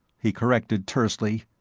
he corrected tersely,